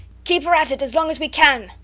keep her at it as long as we can,